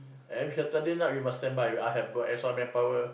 every Saturday night we must standby I've got extra manpower